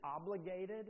obligated